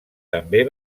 també